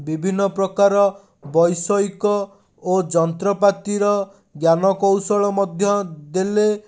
ବିଭିନ୍ନପ୍ରକାର ବୈଷୟିକ ଓ ଯନ୍ତ୍ରପାତିର ଜ୍ଞାନକୌଶଳ ମଧ୍ୟ ଦେଲେ